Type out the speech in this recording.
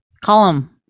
Column